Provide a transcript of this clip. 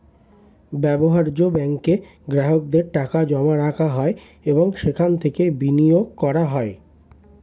ব্যবহার্য ব্যাঙ্কে গ্রাহকদের টাকা জমা রাখা হয় এবং সেখান থেকে বিনিয়োগ করা হয়